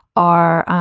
are